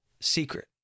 secret